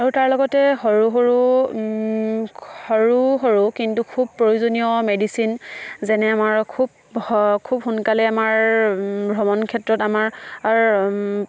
আৰু তাৰ লগতে সৰু সৰু কিন্তু খুব প্ৰয়োজনীয় মেডিচিন যেনে আমাৰ খুব সোনকালে আমাৰ ভ্ৰমণ ক্ষেত্ৰত আমাৰ